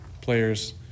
players